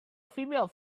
female